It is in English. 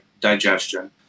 digestion